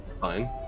Fine